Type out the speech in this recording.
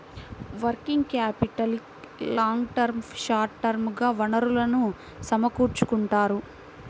working క్యాపిటల్కి long term, short term గా వనరులను సమకూర్చుకుంటారు